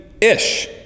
ish